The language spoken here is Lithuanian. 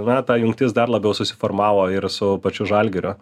na ta jungtis dar labiau susiformavo ir su pačiu žalgiriu